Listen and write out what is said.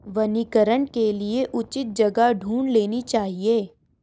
वनीकरण के लिए उचित जगह ढूंढ लेनी चाहिए